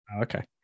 Okay